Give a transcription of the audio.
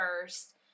first